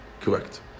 correct